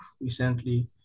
recently